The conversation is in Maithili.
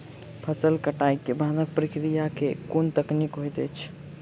फसल कटाई केँ बादक प्रक्रिया लेल केँ कुन तकनीकी होइत अछि?